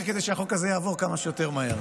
כדי שהחוק הזה יעבור כמה שיותר מהר.